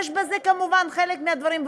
יש בזה כמובן חלק מהדברים,